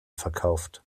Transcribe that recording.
verkauft